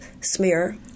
smear